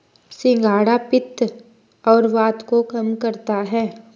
सिंघाड़ा पित्त और वात को कम करता है